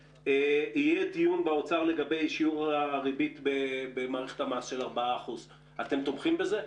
יהיה דיון באוצר לגבי שיעור הריבית במערכת המס של 4%. אתם תומכים בזה?